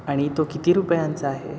आणि तो किती रुपयांचा आहे